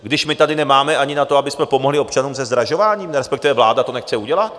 Když my tady nemáme ani na to, abychom pomohli občanům se zdražováním, respektive vláda to nechce udělat?